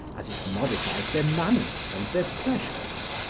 as it modifies their manners and their pleasures.